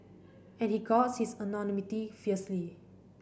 and he guards his anonymity fiercely